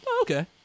okay